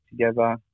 together